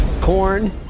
Corn